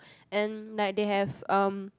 and like they have um